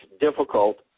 difficult